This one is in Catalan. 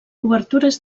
obertures